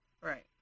Right